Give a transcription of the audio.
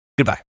Goodbye